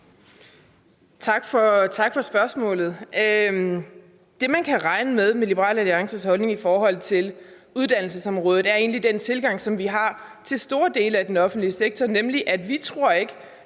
Tak for spørgsmålet. Det, man kan regne med med hensyn til Liberal Alliances rolle på uddannelsesområdet, er egentlig den tilgang, som vi har til store dele af den offentlige sektor, nemlig at vi ikke tror,